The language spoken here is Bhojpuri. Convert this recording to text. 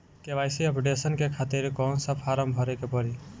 के.वाइ.सी अपडेशन के खातिर कौन सा फारम भरे के पड़ी?